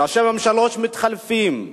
ראשי ממשלות מתחלפים,